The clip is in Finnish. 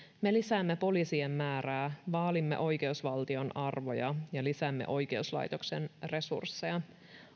me lisäämme poliisien määrää vaalimme oikeusvaltion arvoja ja lisäämme oikeuslaitoksen resursseja